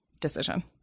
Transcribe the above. decision